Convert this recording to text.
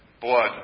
blood